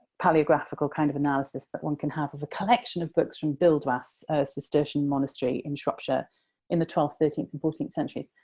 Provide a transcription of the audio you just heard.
palaeographical kind of analysis that one can have, of a collection of books from buildwas, a cistercian monastery in shropshire in the twelfth, thirteenth, and fourteenth centuries.